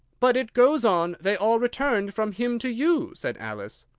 but it goes on they all returned from him to you said alice.